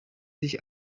sich